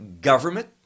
government